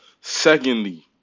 Secondly